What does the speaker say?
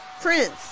prince